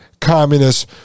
communists